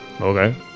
Okay